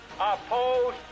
oppose